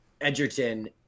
Edgerton